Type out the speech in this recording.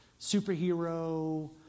superhero